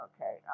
okay